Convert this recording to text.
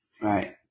Right